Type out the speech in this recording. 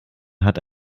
hat